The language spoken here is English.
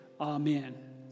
amen